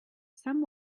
some